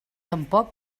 tampoc